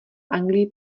anglii